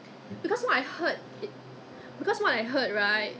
err 那些 salon err what you call this ah manicure pedicure these salon